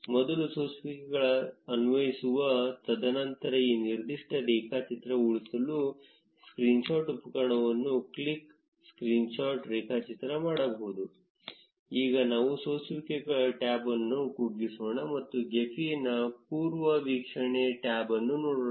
ಮೊದಲ ಸೋಸುವಿಕೆ ಅನ್ವಯಿಸುವ ತದನಂತರ ಈ ನಿರ್ದಿಷ್ಟ ರೇಖಾಚಿತ್ರ ಉಳಿಸಲು ಸ್ಕ್ರೀನ್ಶಾಟ್ ಉಪಕರಣವನ್ನು ಕ್ಲಿಕ್ ಸ್ಕ್ರೀನ್ಶಾಟ್ ರೇಖಾಚಿತ್ರ ಮಾಡಬೇಕು ಈಗ ನಾವು ಸೋಸುವಿಕೆಗಳ ಟ್ಯಾಬ್ ಅನ್ನು ಕುಗ್ಗಿಸೋಣ ಮತ್ತು ಗೆಫಿನ ಪೂರ್ವವೀಕ್ಷಣೆ ಟ್ಯಾಬ್ ಅನ್ನು ನೋಡೋಣ